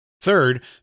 Third